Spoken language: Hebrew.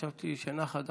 חשבתי שנחה דעתך.